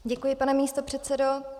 Děkuji, pane místopředsedo.